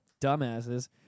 Dumbasses